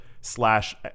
slash